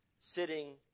sitting